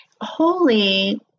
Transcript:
Holy